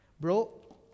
Bro